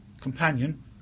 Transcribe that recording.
companion